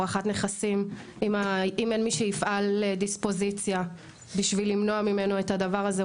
הברחת נכסים אם אין מי שיפעל דיספוזיציה בשביל למנוע ממנו את הדבר הזה,